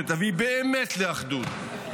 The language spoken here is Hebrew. שתביא באמת לאחדות,